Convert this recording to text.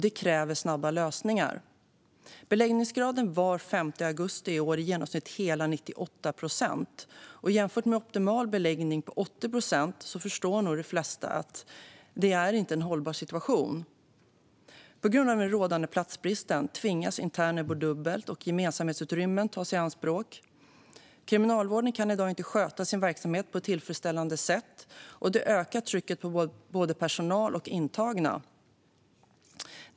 Det kräver snabba lösningar. Beläggningsgraden var den 5 augusti i år i genomsnitt hela 98 procent. Om man jämför med en optimal beläggning på 80 procent förstår nog de flesta att situationen inte är hållbar. På grund av den rådande platsbristen tvingas interner att bo dubbelt och gemensamhetsutrymmen tas i anspråk. Kriminalvården kan i dag inte sköta sin verksamhet på ett tillfredsställande sätt. Det ökar trycket på både personal och intagna.